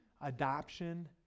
adoption